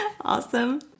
Awesome